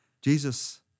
Jesus